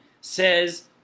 says